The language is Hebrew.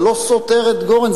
זה לא סותר את גורן,